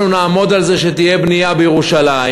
אנחנו נעמוד על זה שתהיה בנייה בירושלים,